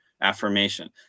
affirmation